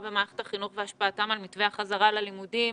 במערכת החינוך והשפעתם על מתווה החזרה ללימודים.